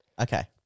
Okay